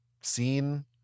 seen